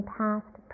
past